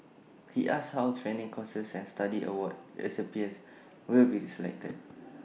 he asked how training courses and study award recipients will be selected